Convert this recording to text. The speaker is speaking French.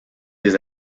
des